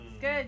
good